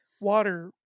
water